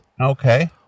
Okay